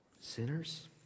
Sinners